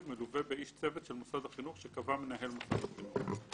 מלווה באיש צוות של מוסד החינוך שקבע מנהל מוסד החינוך.